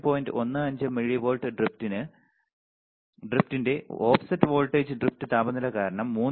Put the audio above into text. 15 millivolt ഡ്രിഫ്റ്റിന്റെ offset voltage drift താപനില കാരണം 3